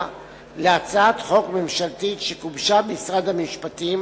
להצעת חוק ממשלתית שגובשה במשרד המשפטים